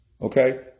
Okay